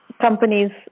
companies